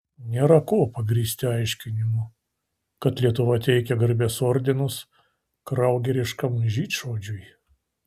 nėra kuo pagrįsti aiškinimų kad lietuva teikia garbės ordinus kraugeriškam žydšaudžiui